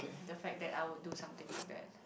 the fact that I would do something like that